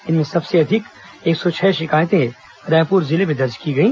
इसमें सबसे अधिक एक सौ छह शिकायतें रायपुर जिले में दर्ज की गई